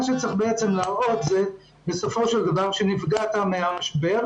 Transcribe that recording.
מה שבעצם צריך להראות זה שנפגעת מהמשבר.